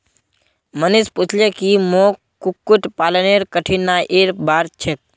मनीष पूछले की मोक कुक्कुट पालनेर कठिनाइर बार छेक